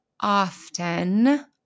often